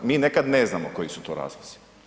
Mi nekad ne znamo koji su to razlozi.